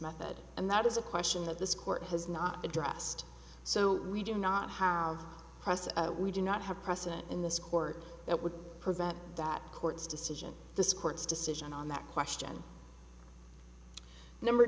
method and that is a question of this court has not addressed so we do not have process we do not have precedent in this court that would provide that court's decision this court's decision on that question number